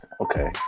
Okay